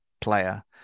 player